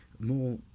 more